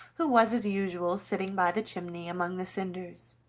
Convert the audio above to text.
who was as usual sitting by the chimney among the cinders.